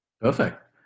Perfect